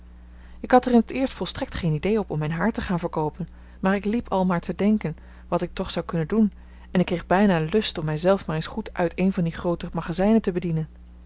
ik had er in t eerst volstrekt geen idee op om mijn haar te gaan verkoopen maar ik liep al maar te denken wat ik toch zou kunnen doen en ik kreeg bijna lust om mij zelf maar eens goed uit een van die groote magazijnen te bedienen